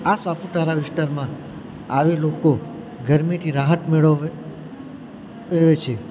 આ સાપુતારા વિસ્તારમાં આવેલાં લોકો ગરમીથી રાહત મેળવે છે